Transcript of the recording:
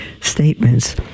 statements